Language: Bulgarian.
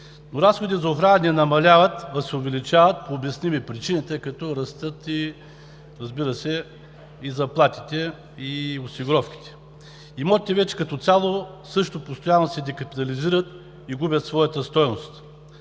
Но разходите за охрана не намаляват, а се увеличават по обясними причини, тъй като растат, разбира се, и заплатите, и осигуровките. Имотите вече като цяло също постоянно се декапитализират и губят своята стойност.